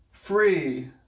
free